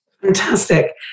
Fantastic